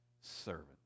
servant